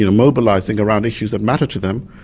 you know mobilising around issues that matter to them,